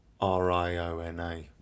R-I-O-N-A